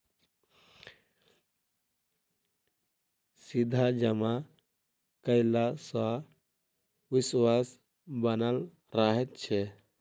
सीधा जमा कयला सॅ विश्वास बनल रहैत छै